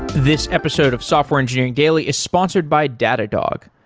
this episode of software engineering daily is sponsored by datadog.